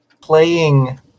playing